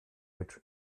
mit